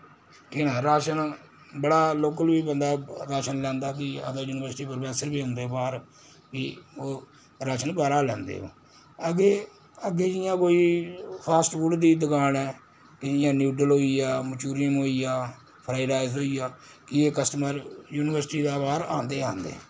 ठीक ऐ ना राशन बड़ा लोकल बी बंदा राशन लैंदा कि अगर यूनिवर्सिटी दे प्रोफैसर बी औंदे बाह्र फ्ही ओ राशन बाह्रा लैंदे ओ अग्गे अग्गे जियां कोई फास्टफूड दी दुकान ऐ कि जियां न्यूडल होइया मचुरियन होइया फ्राइड राइस होइया कि एह् कस्टमर यूनिवर्सिटी दा बाह्र आंदे ही आंदे